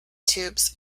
tubes